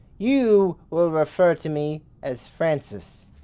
you will refer to me as francis.